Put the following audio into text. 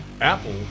Apple